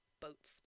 boats